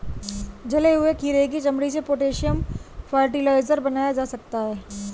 जले हुए खीरे की चमड़ी से पोटेशियम फ़र्टिलाइज़र बनाया जा सकता है